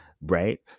right